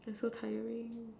I'm so tiring